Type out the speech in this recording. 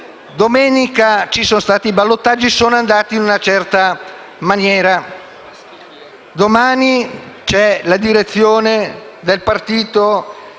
Domenica ci sono stati i ballottaggi, che sono andati in una certa maniera. Domani c'è la direzione del Partito